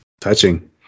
Touching